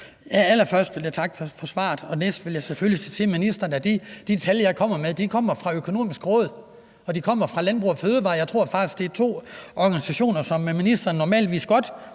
Allerførst vil jeg takke for svaret. Dernæst vil jeg selvfølgelig sige til ministeren, at de tal, jeg kommer med, kommer fra De Økonomiske Råd, og de kommer fra Landbrug & Fødevarer. Jeg tror faktisk, det er to organisationer, som ministeren normalvis godt